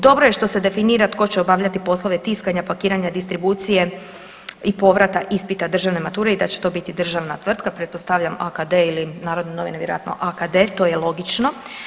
Dobro je što se definira tko će obavljati poslove tiskanja, pakiranja, distribucije i povrata ispita državne mature i da će to biti državna tvrtka, pretpostavlja AKD ili Narodne novine, vjerojatno, AKD, to je logično.